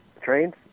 Trains